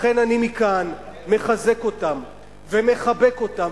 לכן אני מכאן מחזק אותם ומחבק אותם,